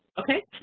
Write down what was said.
okay.